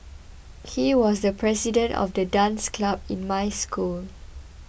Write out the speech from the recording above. he was the president of the dance club in my school